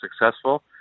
successful